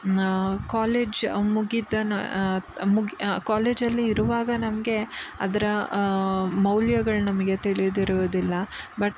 ನಾ ಕಾಲೇಜ್ ಮುಗಿದ ನ ಮುಗಿ ಕಾಲೇಜಲ್ಲಿ ಇರುವಾಗ ನಮಗೆ ಅದರ ಮೌಲ್ಯಗಳು ನಮಗೆ ತಿಳಿದಿರುವುದಿಲ್ಲ ಬಟ್